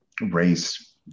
race